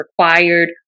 required